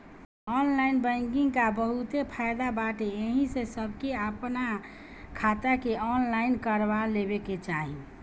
online banking कअ बहुते फायदा बाटे एही से सबके आपन खाता के ऑनलाइन कअ लेवे के चाही